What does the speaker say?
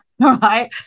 right